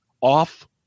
off